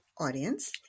audience